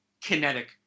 kinetic